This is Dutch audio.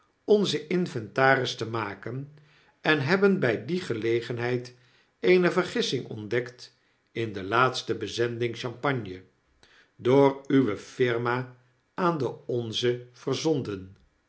onzen inventaris te maken en hebben by die gelegenheid eene vergissing ontdekt in delaatstebezending champagne door uwe firma aan de onze verzonden